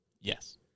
Yes